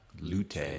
lute